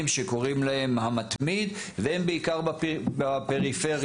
שקוראים להם "המתמיד" והם בעיקר בפריפריה,